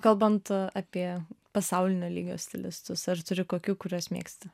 kalbant apie pasaulinio lygio stilistus ar turi kokių kuriuos mėgsti